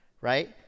right